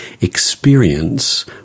experience